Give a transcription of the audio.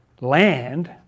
land